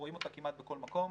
רואים אותה כמעט בכל מקום.